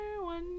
One